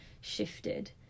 shifted